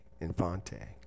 Infante